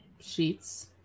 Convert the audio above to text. sheets